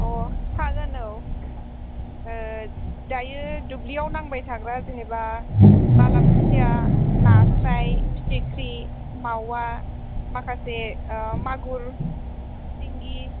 अ हागोन औ दायो दुब्लियाव नांबाय थाग्रा जेनोबा बालाबोथिया नास्राय फिथिख्रि मावा माखासे मागुर सिंगि